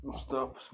Stop